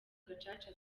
gacaca